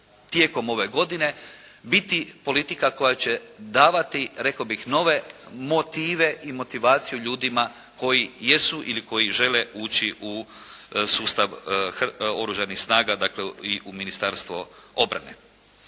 tijekom ove godine biti politika koja će davati, rekao bih, nove motive i motivaciju ljudima koji jesu ili koji žele ući u sustav Oružanih snaga, dakle i u Ministarstvo obrane.